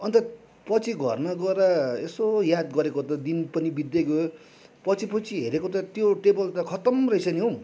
अन्त पछि घरमा गएर यसो याद गरेको त दिन पनि बित्दै गयो पछि पछि हेरेको त त्यो टेबल त खतम रहेछ नि हो